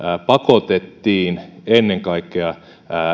pakotettiin ennen kaikkea